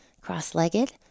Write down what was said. cross-legged